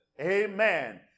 amen